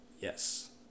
Yes